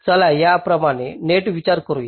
चला या प्रमाणे नेट विचार करूया